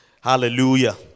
hallelujah